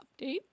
update